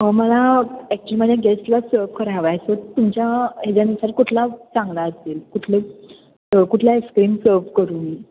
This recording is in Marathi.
हो मला ॲक्च्युली माझ्या गेस्टलाच सर्व करायला हवा आहे सो तुमच्या ह्याच्यानुसार कुठला चांगला असेल कुठले कुठले आईस्क्रीम सर्व करू मी